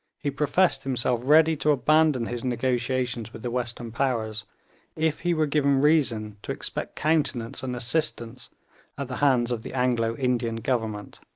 he professed himself ready to abandon his negotiations with the western powers if he were given reason to expect countenance and assistance at the hands of the anglo-indian government.